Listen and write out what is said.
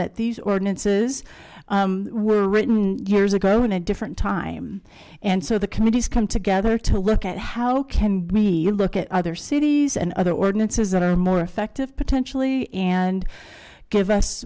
that these ordinances were written years ago in a different time and so the committees come together to look at how can you look at other cities and other ordinances that are more effective potentially and give us